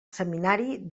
seminari